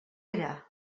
era